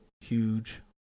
Huge